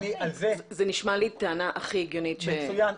זה נשמע לי טענה הכי הגיונית ש --- מצוין.